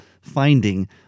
finding